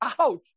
out